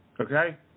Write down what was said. Okay